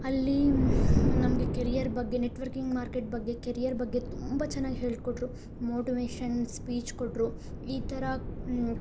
ಅಲ್ಲಿ ನಮ್ಗೆ ಕೆರಿಯರ್ ಬಗ್ಗೆ ನೆಟ್ವರ್ಕಿಂಗ್ ಮಾರ್ಕೆಟ್ ಬಗ್ಗೆ ಕೆರಿಯರ್ ಬಗ್ಗೆ ತುಂಬ ಚೆನ್ನಾಗಿ ಹೇಳಿಕೊಟ್ರು ಮೋಟಿವೇಷನ್ ಸ್ಪೀಚ್ ಕೊಟ್ಟರು ಈ ಥರ